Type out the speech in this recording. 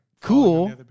Cool